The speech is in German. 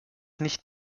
nicht